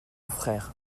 frère